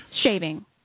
Shaving